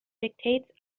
dictates